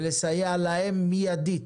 ולסייע להם מידית,